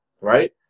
right